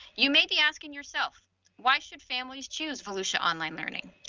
you may be asking yourself why should families choose volusia online learning?